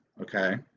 Okay